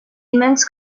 immense